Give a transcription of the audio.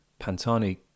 Pantani